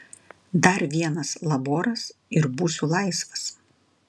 dar vienas laboras ir būsiu laisvas